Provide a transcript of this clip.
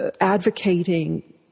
advocating